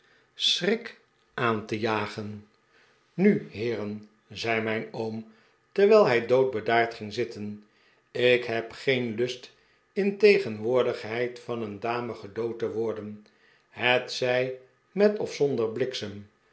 schrik aan te jagen nu heeren zei mijn oom terwijl hij doodbedaard ging zitten ik heb geen lust in tegenwoordigheid van een dame gedood te worden hetzij met of zonder bliksem